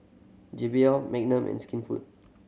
J B L Magnum and Skinfood